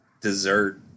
dessert